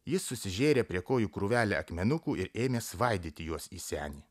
jis susižėrė prie kojų krūvelę akmenukų ir ėmė svaidyti juos į senį